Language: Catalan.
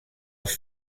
els